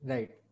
Right